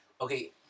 okay